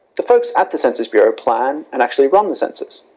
the folks at the census bureau plan and actually run the census.